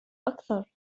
أكثر